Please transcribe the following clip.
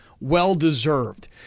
well-deserved